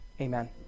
Amen